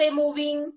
moving